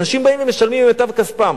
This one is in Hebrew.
אנשים באים ומשלמים במיטב כספם.